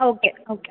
okay okay